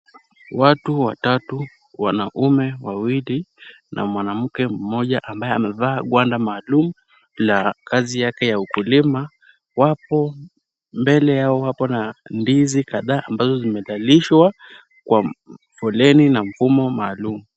Watu watatu, wanaume wawili na mwanamke mmoja ambaye amevaa gwanda maalum la kazi yake ya ukulima. Mbele yao wapo na ndizi kadhaa ambazo zimedhalilishwa kwa foleni na mfumo maalum.